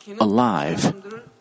alive